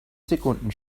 sekunden